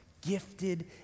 Gifted